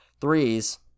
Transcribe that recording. threes